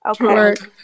okay